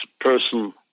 person